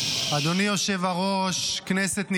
אדוני היושב-ראש, כנסת נכבדה,